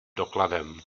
dokladem